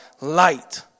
light